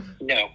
No